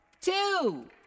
two